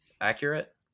accurate